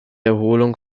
erholung